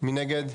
1 נגד,